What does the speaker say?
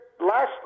last